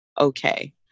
okay